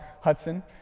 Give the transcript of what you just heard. Hudson